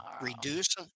reduce